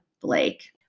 Blake